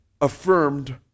affirmed